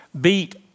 beat